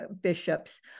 bishops